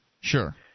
sure